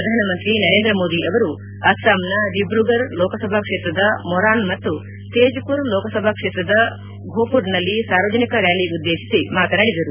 ಪ್ರಧಾನಮಂತ್ರಿ ನರೇಂದ್ರ ಮೋದಿ ಅವರು ಅಸ್ಲಾಂನ ದಿಬ್ರುಫರ್ ಲೋಕಸಭಾ ಕ್ಷೇತ್ರದ ಮೊರಾನ್ ಮತ್ತು ತೇಜ್ಮರ್ ಲೋಕಸಭಾ ಕ್ಷೇತ್ರದ ಘೋಮರ್ನಲ್ಲಿ ಸಾರ್ವಜನಿಕ ರ್ಕಾಲಿ ಉದ್ದೇಶಿಸಿ ಮಾತನಾಡಿದರು